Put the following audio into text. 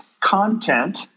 content